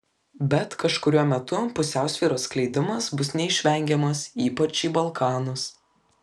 bet kažkuriuo metu pusiausvyros skleidimas bus neišvengiamas ypač į balkanus